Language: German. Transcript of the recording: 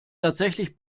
tatsächlich